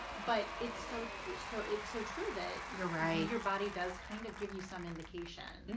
but it's so so it's so true that you're right your body does kind of give you some indication.